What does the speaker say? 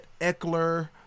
Eckler